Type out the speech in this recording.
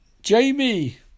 Jamie